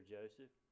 Joseph